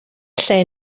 lle